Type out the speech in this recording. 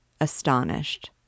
astonished